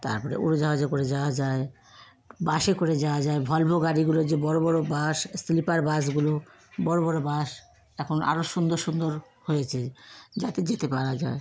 তারপরে উড়োজাহাজে করে যাওয়া যায় বাসে করে যাওয়া যায় ভলভো গাড়িগুলো যে বড় বড় বাস স্লিপার বাসগুলো বড় বড় বাস এখন আরও সুন্দর সুন্দর হয়েছে যাতে যেতে পারা যায়